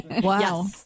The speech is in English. wow